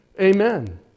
Amen